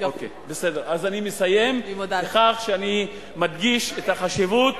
אז אני מסיים בכך שאני מדגיש את החשיבות,